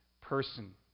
person